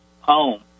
home